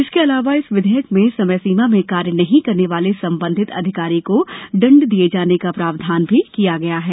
इसके अलावा इस विधेयक में समयसीमा में कार्य नहीं करने वाले संबंधित अधिकारी को दंड दिए जाने का प्रावधान भी किया गया है